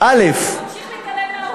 אתה ממשיך להתעלם מהעובדות.